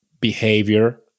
behavior